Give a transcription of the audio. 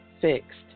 fixed